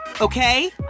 Okay